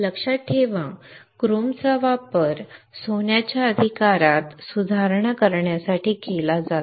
लक्षात ठेवा क्रोमचा वापर सोन्याच्या अधिकारात सुधारणा करण्यासाठी केला जातो